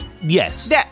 Yes